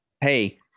hey